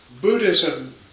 Buddhism